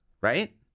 right